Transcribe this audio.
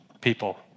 people